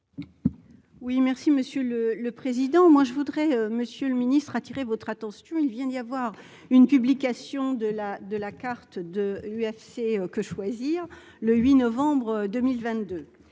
Oui, merci Monsieur le le président moi je voudrais monsieur le Ministre, attirer votre attention, il vient d'y avoir une publication de la de la carte de l'UFC que choisir, le 8 novembre 2022,